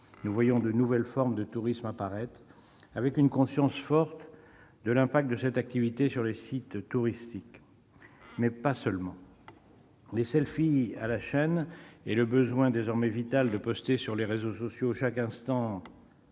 Nous voyons de nouvelles formes de tourismes apparaître avec une conscience forte de l'impact de cette activité sur les sites touristiques- mais pas seulement. Les selfies à la chaîne et le besoin désormais vital de poster sur les réseaux sociaux chaque instant